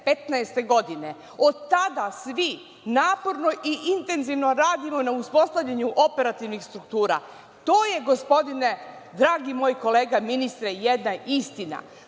2015. godine. Od tada svi naporno i intenzivno radimo na uspostavljanju operativnih struktura. To je, gospodine, dragi moj kolega ministre, jedna istina.